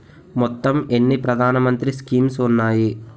మొత్తం ఎన్ని ప్రధాన మంత్రి స్కీమ్స్ ఉన్నాయి?